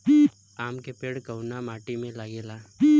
आम के पेड़ कोउन माटी में लागे ला?